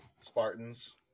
Spartans